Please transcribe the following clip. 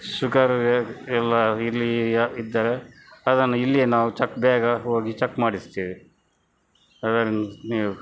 sugar ಯ ಎಲ್ಲ ಇಲ್ಲಿಯೇ ಇದ್ದರೆ ಅದನ್ನು ಇಲ್ಲಿಯೇ ನಾವು ಚಕ್ ಬೇಗ ಹೋಗಿ ಚಕ್ ಮಾಡಿಸ್ತೇವೆ ಅದನ್ನು ನೀವು